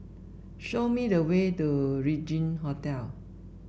show me the way to Regin Hotel